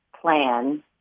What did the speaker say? plan